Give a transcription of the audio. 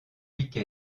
week